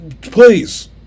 Please